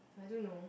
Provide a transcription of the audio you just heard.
I don't know